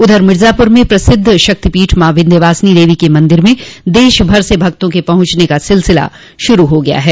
उधर मिर्जापुर में प्रसिद्ध शक्तिपीठ मॉ विन्ध्यवासिनी देवी क मंदिर में देशभर से भक्तों के पहुंचने का सिलसिला शुरू हो गया है